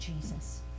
jesus